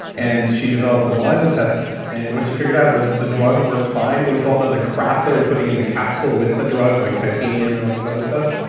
and she developed the melisa test. and what she figured out was the drug worked fine, it was all the other crap they were putting in the capsule with the drug, like titanium and all this other stuff,